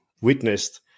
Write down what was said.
witnessed